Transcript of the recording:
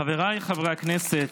חבריי חברי הכנסת,